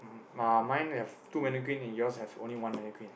mm uh mine have two mannequin and yours have only one mannequin